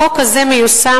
החוק הזה מיושם,